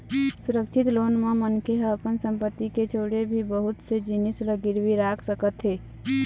सुरक्छित लोन म मनखे ह अपन संपत्ति के छोड़े भी बहुत से जिनिस ल गिरवी राख सकत हे